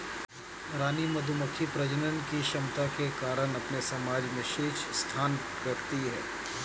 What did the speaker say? रानी मधुमक्खी प्रजनन की क्षमता के कारण अपने समाज में शीर्ष स्थान रखती है